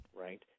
Right